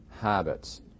habits